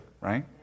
right